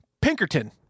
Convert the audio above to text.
pinkerton